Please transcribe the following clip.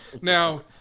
Now